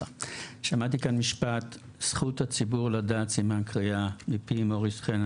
שמעתי כאן משפט: "זכות הציבור לדעת סימן קריאה" מפי מוריס חן.